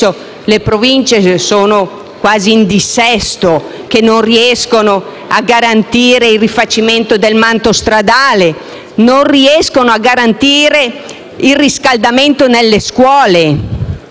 le Province sono quasi in dissesto e non riescono a garantire il rifacimento del manto stradale o il riscaldamento nelle scuole.